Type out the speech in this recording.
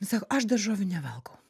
sako aš daržovių nevalgau